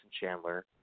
Chandler